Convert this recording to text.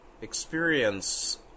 experience